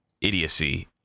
idiocy